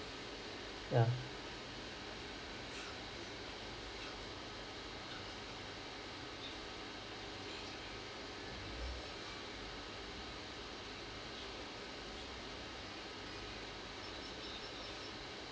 ya